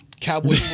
Cowboy